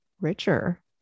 richer